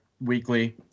weekly